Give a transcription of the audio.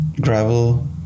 gravel